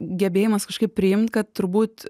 gebėjimas kažkaip priimt kad turbūt